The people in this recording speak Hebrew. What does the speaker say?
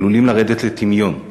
עלולים לרדת לטמיון.